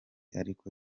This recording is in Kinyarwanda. ariko